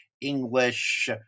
English